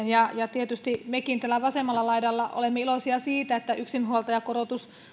ja tietysti mekin täällä vasemmalla laidalla olemme iloisia siitä että yksinhuoltajakorotus